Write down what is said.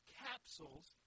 capsules